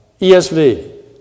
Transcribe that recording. ESV